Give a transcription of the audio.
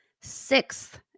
sixth